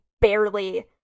barely